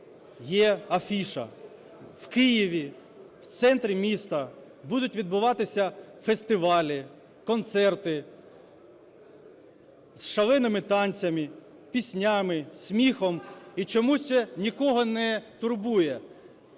є афіша – в Києві в центрі міста будуть відбуватися фестивалі, концерти з шаленими танцями, піснями, сміхом, і чомусь це нікого не турбує.